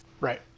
Right